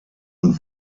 und